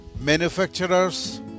Manufacturers